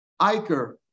Iker